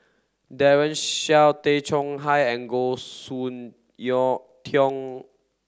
Daren Shiau Tay Chong Hai and Goh Soon Tioe